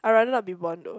I rather not be born though